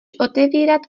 otevírat